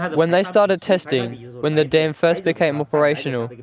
when they started testing when the dam first became operational,